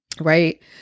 right